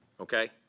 okay